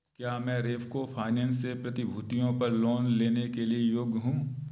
क्या मैं रेपको फाइनेंस से प्रतिभूतियों पर लोन के लिए योग्य हूँ